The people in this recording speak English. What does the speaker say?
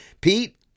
Pete